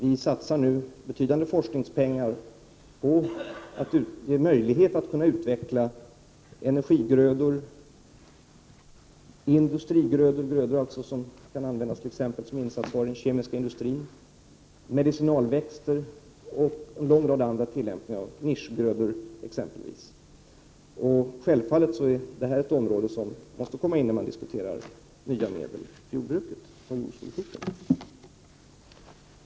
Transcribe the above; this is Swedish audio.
Vi satsar nu betydande belopp på forskning för att ge möjlighet att utveckla energigrödor, industrigrödor — alltså grödor som kan användas t.ex som insatsvaror i den kemiska industrin —, medicinalväxter och en lag rad andra tillämpningar av nischgrödor. Självfallet är detta aspekter som vi måste ha i åtanke då vi diskuterar nya medel inom jordbruket och jordbrukspolitiken.